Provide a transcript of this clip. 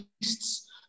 beasts